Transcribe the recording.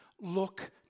look